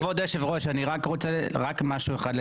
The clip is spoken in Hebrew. כבוד יושב-הראש אני רק רוצה לדייק משהו אחד.